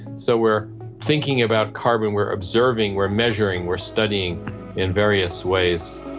so we're thinking about carbon, we're observing, we're measuring, we're studying in various ways.